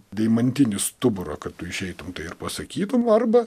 deimantinį stuburą kad tu išeitum ir pasakytum arba